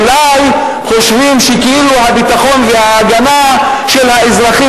אולי חושבים שכאילו הביטחון וההגנה של האזרחים